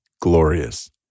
glorious